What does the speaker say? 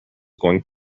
going